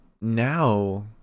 now